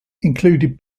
included